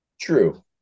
True